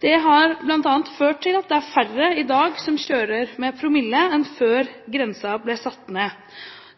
Det har bl.a. ført til at det er færre i dag som kjører med promille enn det var før grensen ble satt ned.